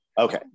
okay